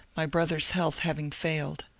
my bro ther's health having failed.